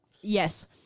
Yes